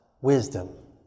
wisdom